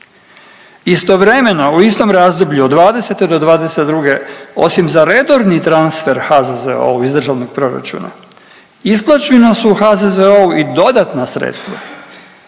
Istovremeno u istom razdoblju od '20. do '22. osim za redovni transfer HZZO-a iz državnog proračuna isplaćena su HZZO-u i dodatna sredstva